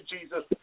Jesus